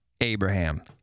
Abraham